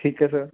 ਠੀਕ ਹੈ ਸਰ